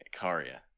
Karia